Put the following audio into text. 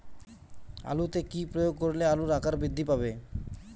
আলুতে কি প্রয়োগ করলে আলুর আকার বৃদ্ধি পাবে?